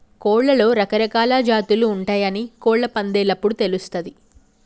కోడ్లలో రకరకాలా జాతులు ఉంటయాని కోళ్ళ పందేలప్పుడు తెలుస్తది